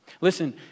Listen